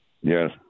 Yes